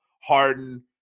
Harden